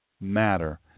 matter